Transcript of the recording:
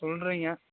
ஏதோ சொல்கிறீங்க